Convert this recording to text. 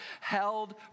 held